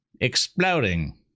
exploding